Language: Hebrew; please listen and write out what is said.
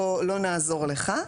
לא נעזור לך.